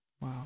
Wow